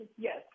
Yes